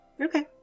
Okay